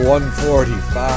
145